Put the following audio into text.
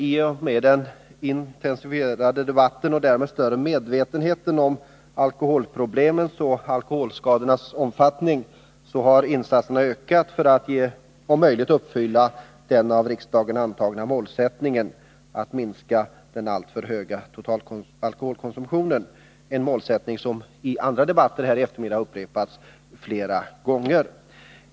Toch med den intensifierade debatten och den därmed ökade medvetenheten om alkoholproblemen och alkoholskadornas omfattning har insatserna ökat för att man om möjligt skall uppfylla den av riksdagen antagna målsättningen att minska den totala, alltför höga alkoholkonsumtionen, en målsättning som i andra debatter under eftermiddagen har upprepats flera gånger.